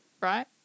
Right